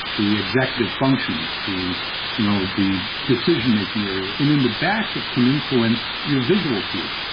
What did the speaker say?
the executive functions, the you know the decision making area. in in the back, it can influence your visual field.